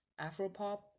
Afropop